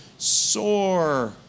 Soar